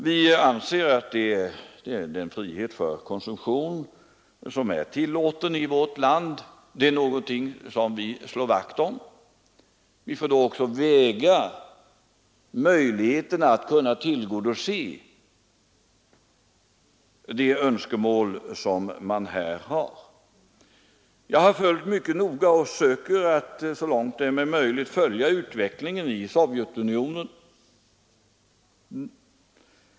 Vi anser att det är en frihet för konsumtion som vi vill slå vakt om. Vi får då också bedöma möjligheterna att kunna tillgodose de önskemål som man har härvidlag. Jag har mycket noga följt — och jag försöker så långt det är möjligt att följa — utvecklingen i Sovjetunionen.